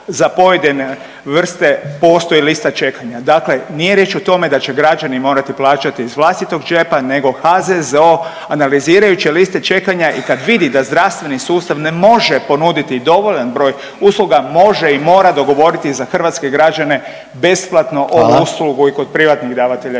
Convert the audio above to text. za pojedine vrste postoji lista čekanja. Dakle nije riječ o tome da će građani morati plaćati iz vlastitog džepa nego HZZO, analizirajući liste čekanja i kad vidi da zdravstveni sustav ne može ponuditi dovoljan broj usluga, može i mora dogovoriti za hrvatske građane besplatno .../Upadica: Hvala./... ovu uslugu i kod privatnih davatelja